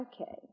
Okay